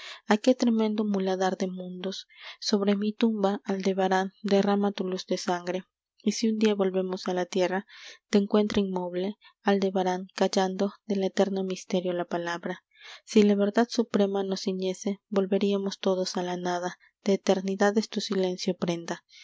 a qué tremendo muladar de mundos sobre mi tumba aldebarán derrama tu luz de sangre y si un día volvemos a la tierra te encuentre inmoble aldebarán callando del eterno misterio la palabra si la verdad suprema nos ciñese volveríamos todos a la nada de eternidad es tu silencio prenda